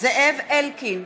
זאב אלקין,